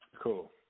Cool